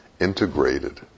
integrated